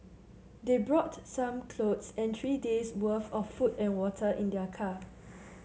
they brought some clothes and three days' worth of food and water in their car